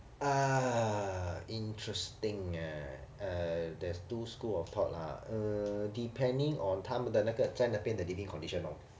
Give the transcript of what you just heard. ah interesting ah uh there's two school of thought lah uh depending on 他们的那个在那边的 living condition lor